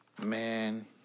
Man